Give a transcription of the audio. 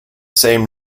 same